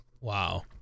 Wow